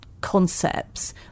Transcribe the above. concepts